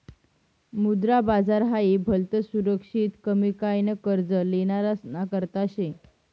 मुद्रा बाजार हाई भलतं सुरक्षित कमी काय न कर्ज लेनारासना करता शे